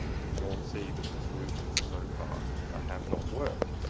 we can all see that the solutions so far ah have not worked.